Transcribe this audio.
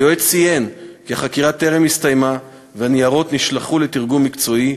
היועץ המשפטי ציין כי החקירה טרם הסתיימה והניירות נשלחו לתרגום מקצועי,